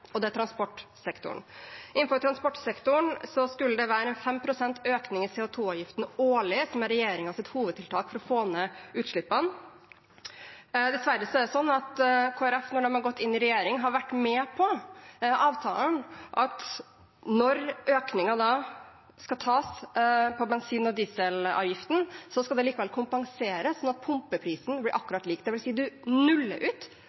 og det er transportsektoren. Innenfor transportsektoren skulle det være 5 pst. økning i CO 2 -avgiften årlig som er regjeringens hovedtiltak for å få ned utslippene. Dessverre er det sånn at Kristelig Folkeparti, når de har gått inn i regjering, har vært med på avtalen om at når økningen skal tas gjennom bensin- og dieselavgiften, skal det likevel kompenseres, sånn at pumpeprisen blir akkurat lik. Det vil si at man nuller ut